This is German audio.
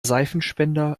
seifenspender